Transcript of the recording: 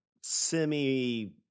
semi